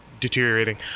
Deteriorating